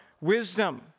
wisdom